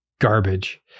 Garbage